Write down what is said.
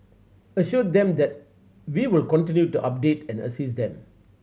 assured them that we will continue to update and assist them